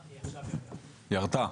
היא ירדה?